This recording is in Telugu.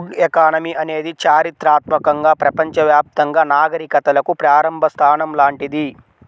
వుడ్ ఎకానమీ అనేది చారిత్రాత్మకంగా ప్రపంచవ్యాప్తంగా నాగరికతలకు ప్రారంభ స్థానం లాంటిది